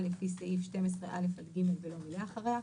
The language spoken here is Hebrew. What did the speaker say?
לפי סעיף 12(א) עד (ג) ולא מילא אחריה.